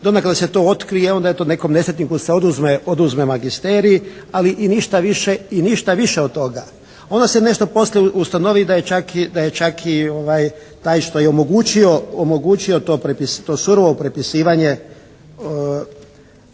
dok se to ne otkrije i onda eto nekom nesretniku se oduzme magisterij, ali i ništa više i ništa više od toga. Onda se nešto poslije ustanovi da je čak i taj što je omogućio to surovo prepisivanje